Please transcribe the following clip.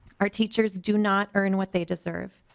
our teachers do not earn what they deserve.